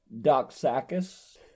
Doxakis